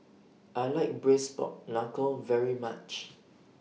I like Braised Pork Knuckle very much